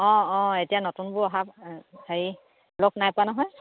অঁ অঁ এতিয়া নতুনবোৰ অহা হেৰি লগ নাই পোৱা নহয়